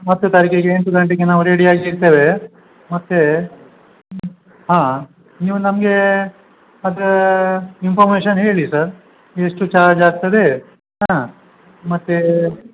ಹತ್ತು ತಾರೀಖಿಗೆ ಎಂಟು ಗಂಟೆಗೆ ನಾವು ರೆಡಿಯಾಗಿ ಇರ್ತೇವೆ ಮತ್ತು ಹಾಂ ನೀವು ನಮಗೆ ಅದು ಇನ್ಫಾರ್ಮೇಷನ್ ಹೇಳಿ ಸರ್ ಎಷ್ಟು ಚಾರ್ಜ್ ಆಗ್ತದೆ ಹಾಂ ಮತ್ತು